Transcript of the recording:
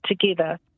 together